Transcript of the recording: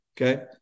okay